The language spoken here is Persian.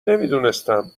نمیدونستم